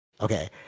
okay